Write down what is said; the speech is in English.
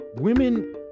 Women